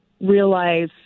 realize